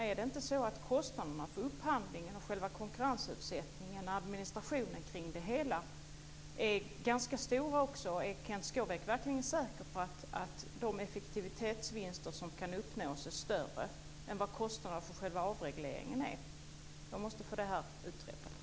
Är det inte så att kostnaderna för upphandlingen och själva konkurrensutsättningen liksom administrationen kring det hela är ganska stora? Är Kenth Skårvik verkligen säker på att de effektivitetsvinster som kan uppnås är större än vad kostnaderna för själva avregleringen är? Jag måste alltså få det utrett.